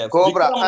Cobra